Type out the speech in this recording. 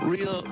Real